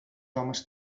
homes